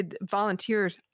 Volunteers